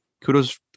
kudos